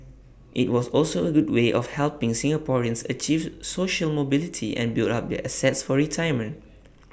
IT was also A good way of helping Singaporeans achieve social mobility and build up their assets for retirement